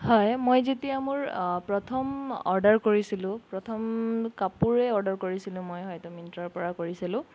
হয় মই যেতিয়া মোৰ প্ৰথম অৰ্ডাৰ কৰিছিলোঁ প্ৰথম কাপোৰেই অৰ্ডাৰ কৰিছিলোঁ মই হয়টো মিন্ট্ৰাৰপৰা কৰিছিলোঁ